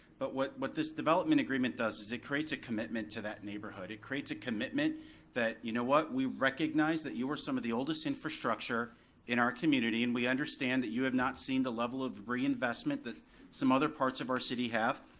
but what what this development agreement does is it creates a commitment to that neighborhood, it creates a commitment that, you know what, we recognize that you are some of the oldest infrastructure in our community and we understand that you have not seen the level of reinvestment that some other parts of our city have,